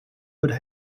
would